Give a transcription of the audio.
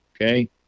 Okay